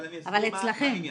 אבל אני אסביר מה העניין.